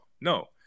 No